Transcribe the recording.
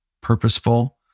purposeful